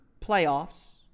playoffs